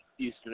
Eastern